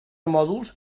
mòduls